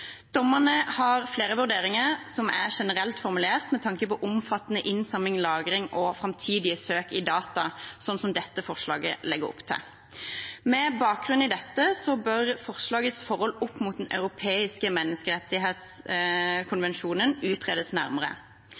Dommene har flere vurderinger som er generelt formulert, med tanke på omfattende innsamling, lagring og framtidige søk i data, slik som dette forslaget legger opp til. Med bakgrunn i dette bør forslagets forhold opp mot Den europeiske menneskerettskonvensjonen utredes nærmere.